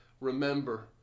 remember